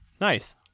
Nice